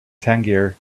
tangier